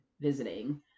visiting